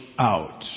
out